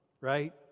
right